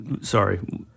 sorry